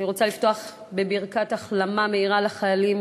אני רוצה לפתוח בברכת החלמה מהירה לחיילים